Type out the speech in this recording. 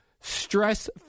stress